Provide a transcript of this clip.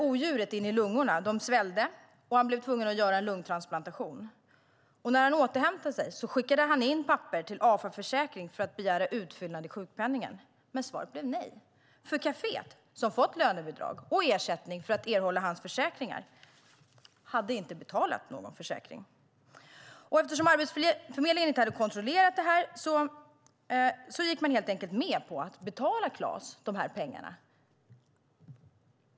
Odjuret i lungorna svällde, och han blev tvungen att göra en lungtransplantation. När han återhämtade sig skickade han in papper till Afa Försäkring för att begära utfyllnad i sjukpenningen. Men svaret blev nej. Kaféet som fått lönebidrag och ersättning för hans försäkringar hade inte betalat någon försäkring. Eftersom Arbetsförmedlingen inte hade kontrollerat detta gick man helt enkelt med på att betala Klas pengarna.